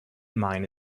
mind